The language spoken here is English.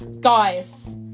guys